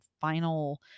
final